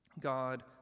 God